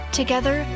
together